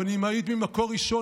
ואני מעיד ממקור ראשון,